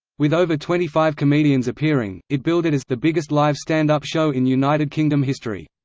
with over twenty five comedians appearing, it billed it as the biggest live stand up show in united kingdom history.